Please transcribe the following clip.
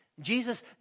Jesus